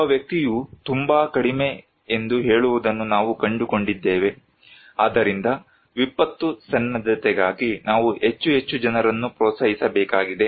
ಒಬ್ಬ ವ್ಯಕ್ತಿಯು ತುಂಬಾ ಕಡಿಮೆ ಎಂದು ಹೇಳುವುದನ್ನು ನಾವು ಕಂಡುಕೊಂಡಿದ್ದೇವೆ ಆದ್ದರಿಂದ ವಿಪತ್ತು ಸನ್ನದ್ಧತೆಗಾಗಿ ನಾವು ಹೆಚ್ಚು ಹೆಚ್ಚು ಜನರನ್ನು ಪ್ರೋತ್ಸಾಹಿಸಬೇಕಾಗಿದೆ